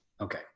Okay